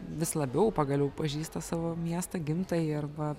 vis labiau pagaliau pažįsta savo miestą gimtąjį arba